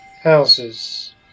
houses